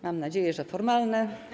Mam nadzieję, że formalne.